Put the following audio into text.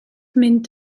мэнд